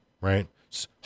right